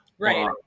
Right